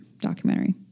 documentary